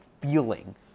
feeling